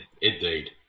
Indeed